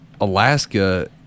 Alaska